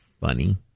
funny